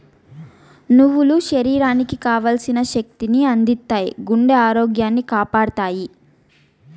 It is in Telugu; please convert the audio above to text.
నువ్వులు శరీరానికి కావల్సిన శక్తి ని అందిత్తాయి, గుండె ఆరోగ్యాన్ని కాపాడతాయి